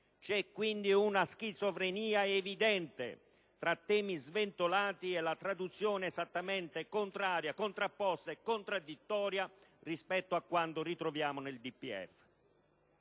con un'evidente schizofrenia tra i temi sventolati e la traduzione esattamente contraria, contrapposta e contraddittoria rispetto a quanto ritroviamo nel DPEF.